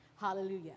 Hallelujah